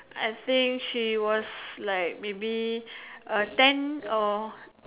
I think she was like maybe uh ten or